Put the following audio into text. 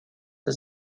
the